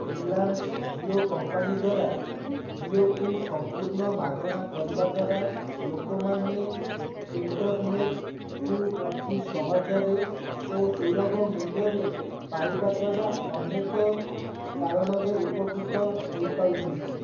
Reliance Jio company ଦ୍ୱାରା ଜିଓକୁ ସମ୍ପୂର୍ଣ୍ଣ ମାଗଣା କରିବା ଦ୍ୱାରା ଲୋକମାନେ ଇଣ୍ଟରନେଟକୁ ଅତି ସହଜରେ ଓ ସୁଲଭ ମୂଲ୍ୟରେ ପାଇବାଦ୍ୱାରା ଅନେକ କାରଣରେ ଉପକୃତ ହୋଇପାରୁଛନ୍ତି